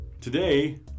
Today